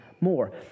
more